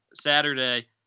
Saturday